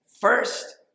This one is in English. first